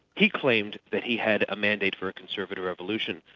he claimed that he had a mandate for a conservative revolution,